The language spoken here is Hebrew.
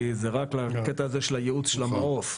זה רק לקטע הזה של הייעוץ של ה"מעוף",